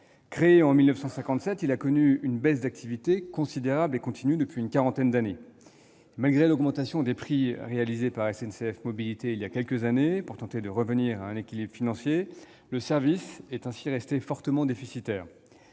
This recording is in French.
Créé en 1957, il a connu une baisse d'activité considérable et continue depuis une quarantaine d'années. Malgré l'augmentation des prix réalisée par SNCF Mobilités il y a quelques années pour tenter de revenir à l'équilibre financier, le service est resté fortement déficitaire.